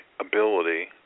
ability